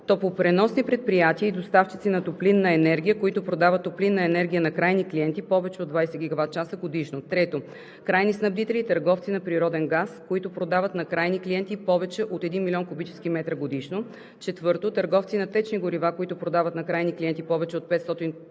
Топлопреносни предприятия и доставчици на топлинна енергия, които продават топлинна енергия на крайни клиенти повече от 20 GWh годишно; 3. Крайни снабдители и търговци на природен газ, които продават на крайни клиенти повече от един милион кубически метра годишно; 4. Търговци на течни горива, които продават на крайни клиенти повече от 500 тона течни